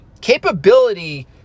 Capability